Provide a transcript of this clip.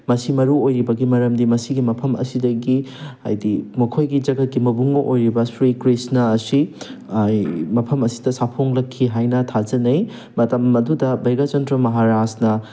ꯃꯁꯤ ꯃꯔꯨ ꯑꯣꯏꯔꯤꯕꯒꯤ ꯃꯔꯝꯗꯤ ꯃꯁꯤꯒꯤ ꯃꯐꯝ ꯑꯁꯤꯗꯒꯤ ꯍꯥꯏꯗꯤ ꯃꯈꯣꯏꯒꯤ ꯖꯒꯠꯀꯤ ꯃꯕꯨꯡꯉꯣ ꯑꯣꯏꯔꯤꯕ ꯁ꯭ꯔꯤ ꯀ꯭ꯔꯤꯁꯅ ꯑꯁꯤ ꯃꯐꯝ ꯑꯁꯤꯗ ꯁꯥꯐꯣꯡꯂꯛꯈꯤ ꯍꯥꯏꯅ ꯊꯥꯖꯅꯩ ꯃꯇꯝ ꯑꯗꯨꯗ ꯕꯩꯒ꯭ꯌꯥꯆꯟꯗ꯭ꯔ ꯃꯍꯥꯔꯥꯖꯅ